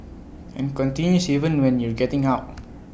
and continues even when you're getting out